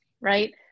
right